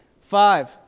five